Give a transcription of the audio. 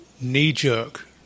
knee-jerk